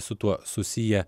su tuo susiję